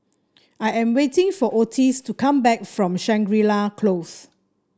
I am waiting for Ottis to come back from Shangri La Close